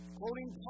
quoting